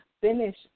finish